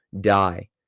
die